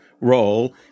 role